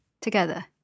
together